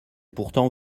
pourtant